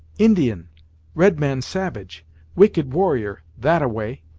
indian red man savage wicked warrior that-a-way.